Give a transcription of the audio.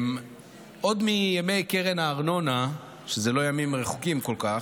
עוד מימי קרן הארנונה, לא ימים רחוקים כל כך,